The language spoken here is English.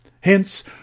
Hence